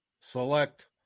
select